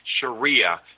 Sharia